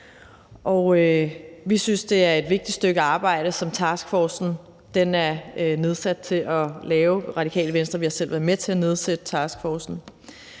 Vi synes, det er et vigtigt stykke arbejde, som taskforcen er nedsat til at lave. I Radikale Venstre har vi selv været med til at nedsætte taskforcen.